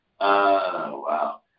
wow